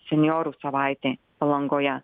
senjorų savaitė palangoje